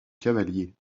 cavalier